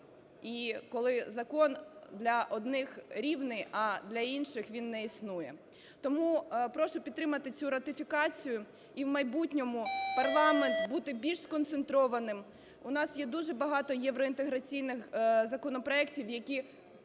і коли закон для одних рівний, а для інших він не існує. Тому прошу підтримати цю ратифікацію, і в майбутньому парламент буде більш сконцентрованим. У нас є дуже багато євроінтеграційних законопроектів, які